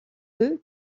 œufs